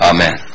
Amen